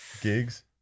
gigs